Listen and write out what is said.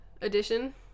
Edition